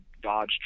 Dodge